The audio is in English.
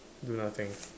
do nothing